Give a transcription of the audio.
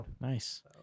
Nice